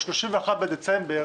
ב-31 בדצמבר,